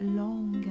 long